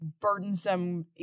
burdensome